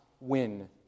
win